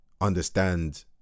understand